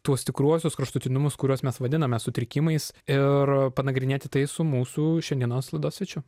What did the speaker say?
tuos tikruosius kraštutinumus kuriuos mes vadiname sutrikimais ir panagrinėti tai su mūsų šiandienos laidos svečiu